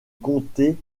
comté